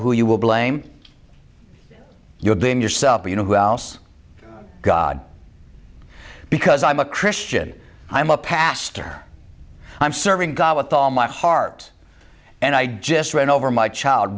who you will blame you're being yourself but you know who else god because i'm a christian i'm a pastor i'm serving god with all my heart and i just ran over my child